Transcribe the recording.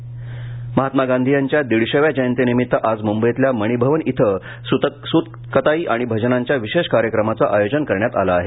गांधी जयंती महात्मा गांधी यांच्या दीडशेव्या जयंतीनिमित्त आज मुंबईतल्या मणीभवन इथं सूतकताई आणि भजनांच्या विशेष कार्यक्रमाचं आयोजन करण्यात आलं आहे